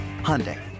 Hyundai